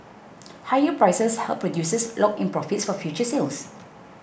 higher prices help producers lock in profits for future sales